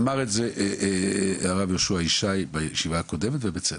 אמר את זה הרב יהושע ישי בישיבה הקודמת ובצדק.